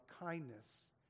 kindness